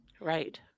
right